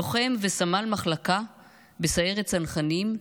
לוחם וסמל מחלקה בסיירת צנחנים,